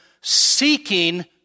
seeking